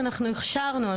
אנחנו הכשרנו,